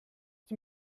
die